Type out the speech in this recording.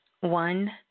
one